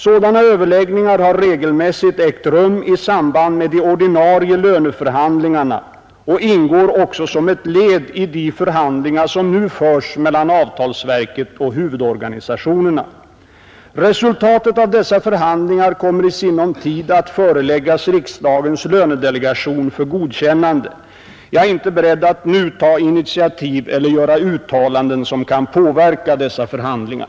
Sådana överläggningar har regelmässigt ägt rum i samband med de ordinarie löneförhandlingarna och ingår också som ett led i de förhandlingar som nu förs mellan avtalsverket och huvudorganisationerna. Resultatet av dessa förhandlingar kommer i sinom tid att föreläggas riksdagens lönedelegation för godkännande. Jag är inte beredd att nu ta initiativ eller göra uttalanden som kan påverka dessa förhandlingar.